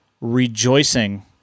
rejoicing